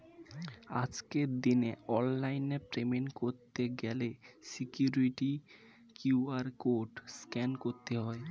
আজকের দিনে অনলাইনে পেমেন্ট করতে গেলে সিকিউরিটি কিউ.আর কোড স্ক্যান করতে হয়